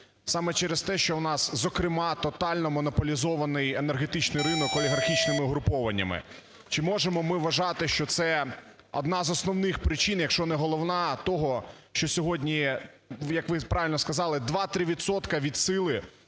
саме через те, що у нас, зокрема, тотально монополізований енергетичний ринок олігархічними угруповуваннями. Чи можемо ми вважати, що це одна з основним причин, якщо не головна, того, що сьогодні, як ви правильно сказали, 2-3 відсотки